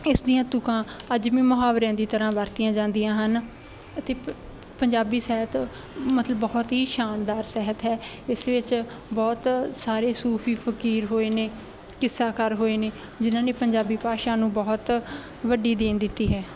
ਇਸ ਦੀਆਂ ਤੁਕਾਂ ਅੱਜ ਵੀ ਮੁਹਾਵਰਿਆਂ ਦੀ ਤਰ੍ਹਾਂ ਵਰਤੀਆਂ ਜਾਂਦੀਆਂ ਹਨ ਅਤੇ ਪ ਪੰਜਾਬੀ ਸਹਿਤ ਮਤਲਬ ਬਹੁਤ ਹੀ ਸ਼ਾਨਦਾਰ ਸਹਿਤ ਹੈ ਇਸ ਵਿੱਚ ਬਹੁਤ ਸਾਰੇ ਸੂਫ਼ੀ ਫ਼ਕੀਰ ਹੋਏ ਨੇ ਕਿੱਸਾਕਾਰ ਹੋਏ ਨੇ ਜਿਨ੍ਹਾਂ ਨੇ ਪੰਜਾਬੀ ਭਾਸ਼ਾ ਨੂੰ ਬਹੁਤ ਵੱਡੀ ਦੇਣ ਦਿੱਤੀ ਹੈ